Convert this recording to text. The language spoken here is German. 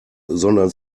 sondern